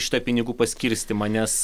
šitą pinigų paskirstymą nes